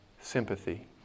sympathy